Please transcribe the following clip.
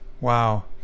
Wow